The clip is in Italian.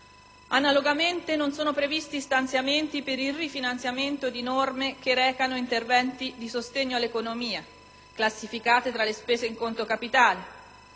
Analogamente, non sono previsti stanziamenti per il rifinanziamento di norme recanti interventi di sostegno all'economia, classificate tra le spese in conto capitale.